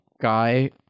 Guy